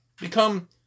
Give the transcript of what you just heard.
become